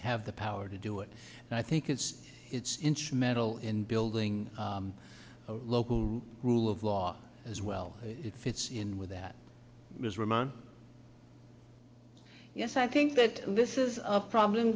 have the power to do it and i think it's it's instrumental in building local rule of law as well it fits in with that mr mann yes i think that this is a problem